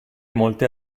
molte